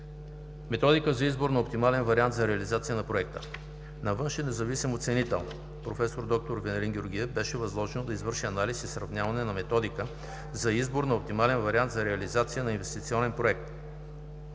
Методика за избор на оптимален вариант за реализация на Проекта На външен независим оценител проф. д-р Венелин Георгиев беше възложено да извърши анализ и сравняване на „Методика за избор на оптимален вариант за реализация на Инвестиционен проект